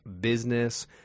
business